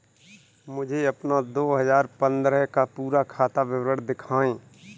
मुझे अपना दो हजार पन्द्रह का पूरा खाता विवरण दिखाएँ?